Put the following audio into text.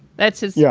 that's his. yeah.